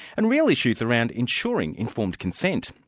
and real issues around ensuring informed consent.